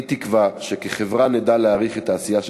אני תקווה שכחברה נדע להעריך את העשייה של